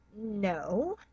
no